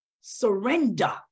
Surrender